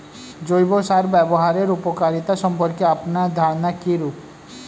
জৈব সার ব্যাবহারের উপকারিতা সম্পর্কে আপনার ধারনা কীরূপ?